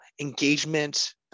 engagement